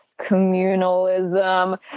communalism